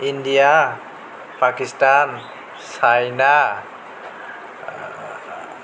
India Pakistan China